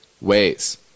ways